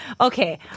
Okay